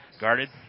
Guarded